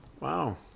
Wow